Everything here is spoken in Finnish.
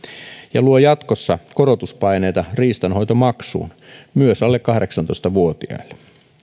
ja luo jatkossa korotuspaineita riistanhoitomaksuun myös alle kahdeksantoista vuotiaille